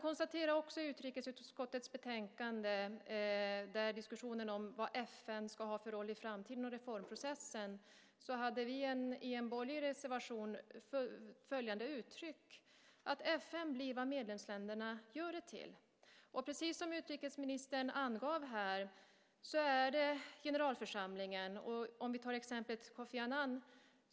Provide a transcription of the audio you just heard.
I utrikesutskottets betänkande där FN:s roll i framtiden och reformprocessen diskuteras uttryckte vi följande i en borgerlig reservation, nämligen att FN blir vad medlemsländerna gör det till. Precis som utrikesministern angav här är det fråga om generalförsamlingen. Låt mig ta exemplet Kofi Annan.